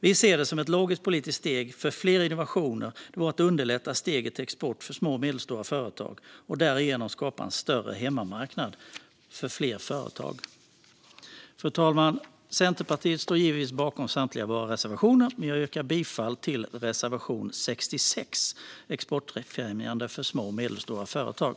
Vi anser att ett logiskt politiskt steg för fler innovationer vore att underlätta steget till export för små och medelstora företag och därigenom skapa en större hemmamarknad för fler företag. Fru talman! Vi i Centerpartiet står givetvis bakom samtliga av våra reservationer, men jag yrkar bifall endast till reservation 66, Exportfrämjande för små och medelstora företag.